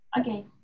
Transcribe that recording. Okay